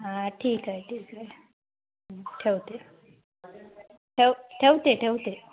हां ठीक आहे ठीक आहे ठेवते ठेव ठेवते ठेवते